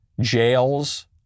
jails